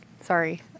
sorry